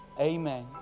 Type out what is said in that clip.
Amen